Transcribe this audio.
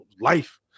life